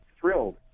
thrilled